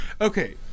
Okay